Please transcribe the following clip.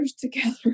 together